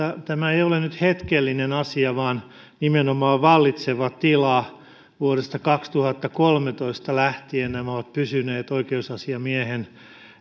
tämä ei ole nyt hetkellinen asia vaan nimenomaan vallitseva tila vuodesta kaksituhattakolmetoista lähtien nämä ovat pysyneet oikeusasiamiehen